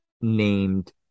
named